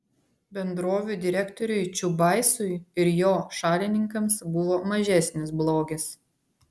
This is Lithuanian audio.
bendrovių direktoriai čiubaisui ir jo šalininkams buvo mažesnis blogis